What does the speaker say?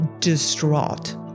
distraught